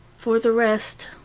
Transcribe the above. for the rest,